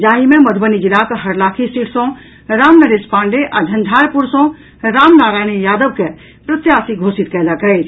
जाहि मे मधुबनी जिलाक हरलाखी सीट सँ राम नरेश पाण्डेय आ झंझारपुर सँ राम नारायण यादव के प्रत्याशी घोषित कयलक अछि